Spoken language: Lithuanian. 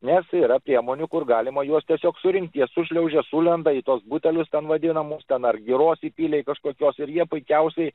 nes yra priemonių kur galima juos tiesiog surinkti jie sušliaužia sulenda į tuos butelius ten vadinamus ten ar giros įpylei kažkokios ir jie puikiausiai